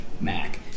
Mac